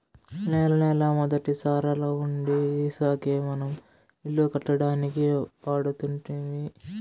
నేలల మొదటి సారాలవుండీ ఇసకే మనం ఇల్లు కట్టడానికి వాడుతుంటిమి